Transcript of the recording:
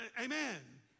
amen